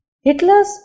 Hitler's